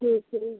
ठीक है